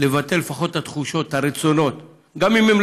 לבטא לפחות את התחושות, את הרצונות, גם אם הם